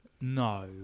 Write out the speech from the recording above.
No